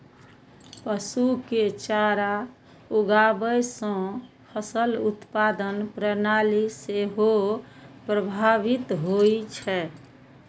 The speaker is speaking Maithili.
पशु के चारा उगाबै सं फसल उत्पादन प्रणाली सेहो प्रभावित होइ छै